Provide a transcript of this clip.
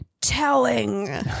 Telling